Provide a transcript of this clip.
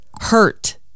hurt